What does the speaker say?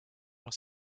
noch